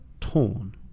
torn